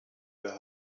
wir